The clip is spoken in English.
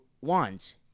wands